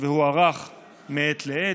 והוארך מעת לעת.